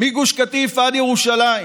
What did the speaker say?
מגוש קטיף עד ירושלים.